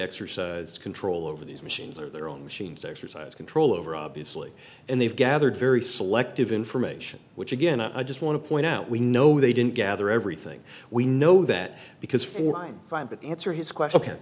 exercise control over these machines or their own machines exercise control over obviously and they've gathered very selective information which again i just want to point out we know they didn't gather everything we know that because for i'm fine but answer his